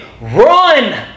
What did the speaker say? Run